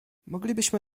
moglibyśmy